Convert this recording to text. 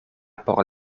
por